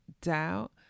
doubt